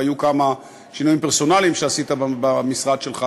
והיו כמה שינויים פרסונליים שעשית במשרד שלך,